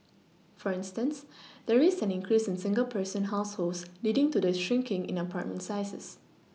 for instance there is an increase in single person households leading to the shrinking in apartment sizes